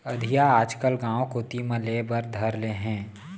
अधिया आजकल गॉंव कोती म लेय बर धर ले हें